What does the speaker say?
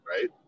right